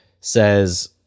says